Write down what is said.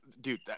dude